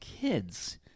kids